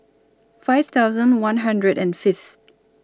five thousand one hundred and Fifth